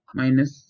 minus